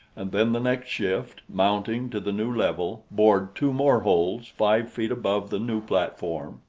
and then the next shift, mounting to the new level, bored two more holes five feet above the new platform,